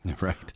Right